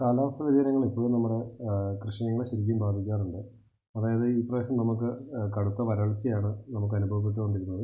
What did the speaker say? കാലാവസ്ഥ വ്യതിയാനങ്ങളെപ്പോഴും നമ്മളെ കൃഷികളെ ശരിക്കും ബാധിക്കാറുണ്ട് അതായത് ഈ പ്രാവശ്യം നമുക്ക് കടുത്ത വരൾച്ചയാണ് നമുക്ക് അനുഭവപ്പെട്ടോണ്ടിരുന്നത്